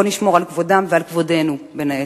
בואו נשמור על כבודם ועל כבודנו, בין היתר.